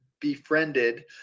befriended